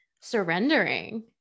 surrendering